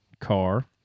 car